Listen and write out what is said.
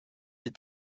des